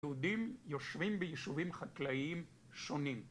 יהודים יושבים ביישובים חקלאיים שונים